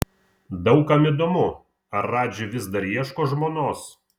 daug kam įdomu ar radži vis dar ieško žmonos